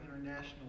International